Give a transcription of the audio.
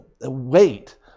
wait